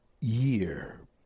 year